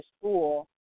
school